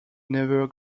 never